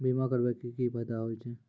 बीमा करबै के की फायदा होय छै?